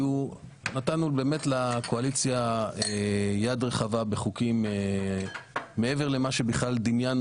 נתנו לקואליציה יד רחבה בחוקים מעבר למה שבכלל דמיינו